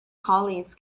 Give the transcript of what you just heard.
colleagues